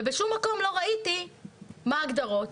ובשום מקום לא ראיתי מה ההגדרות,